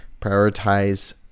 prioritize